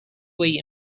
way